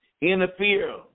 interfere